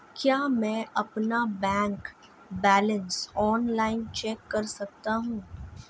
क्या मैं अपना बैंक बैलेंस ऑनलाइन चेक कर सकता हूँ?